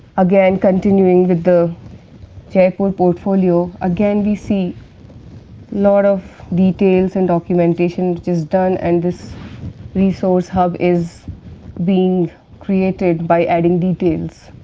again continuing with the jeypore portfolio, again we see lot of details and documentation, which is done and this resource hub is being created by adding details.